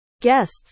guests